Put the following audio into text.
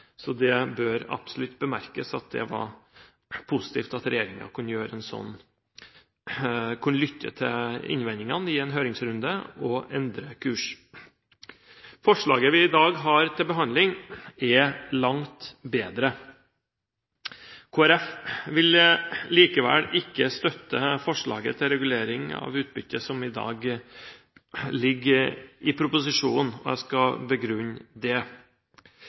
Så det bør absolutt bemerkes at det var positivt at regjeringen kunne lytte til innvendingene i en høringsrunde og endre kurs. Forslaget vi i dag har til behandling, er langt bedre. Kristelig Folkeparti vil likevel ikke støtte det forslaget til regulering av utbytte som i dag ligger i proposisjonen. Jeg skal begrunne det.